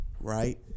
right